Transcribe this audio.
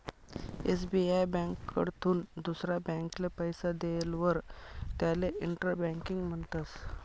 SBI ब्यांककडथून दुसरा ब्यांकले पैसा देयेलवर त्याले इंटर बँकिंग म्हणतस